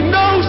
no